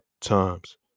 times